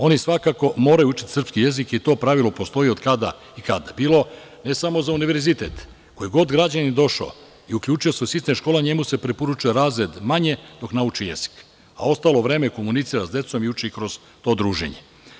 Oni svakako moraju učiti srpski jezik i to pravilo postoji od kada i kada, ne samo za univerzitet, koji god građanin došao i uključio se u sistem školovanja, njemu se preporučuje razred manje dok nauči jezik, a ostalo vreme komunicira sa decom i uči kroz to druženje.